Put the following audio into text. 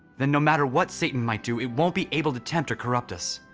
then no matter what satan might do, it won't be able to tempt or corrupt us,